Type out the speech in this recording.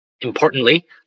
Importantly